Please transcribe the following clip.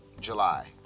July